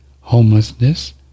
homelessness